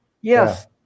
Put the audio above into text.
Yes